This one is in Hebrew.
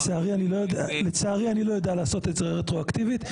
לצערי, אני לא יודע לעשות את זה רטרואקטיבית.